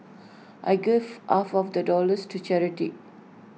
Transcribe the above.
I gave half of that dollars to charity